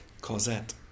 Cosette